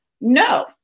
no